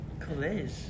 college